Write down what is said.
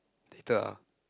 later ah